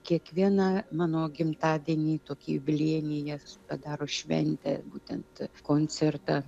kiekvieną mano gimtadienį tokį jubiliejinį jie padaro šventę būtent koncertą